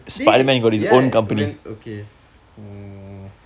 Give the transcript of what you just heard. dey ya when okay so